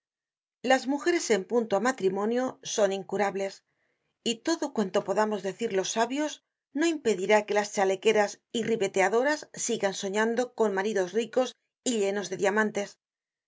las mujeres en punto á matrimonio son incurables y todo cuanto podamos decir los sabios no impedirá que las chalequeras y ribeteadoras sigan soñando con maridos ricos y llenos de diamantes